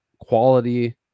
quality